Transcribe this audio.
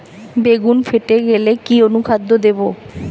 বেগুন ফেটে গেলে কি অনুখাদ্য দেবো?